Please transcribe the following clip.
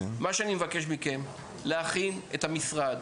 מה שאני מבקש מכם זה להכין את המשרד